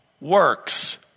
works